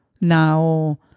now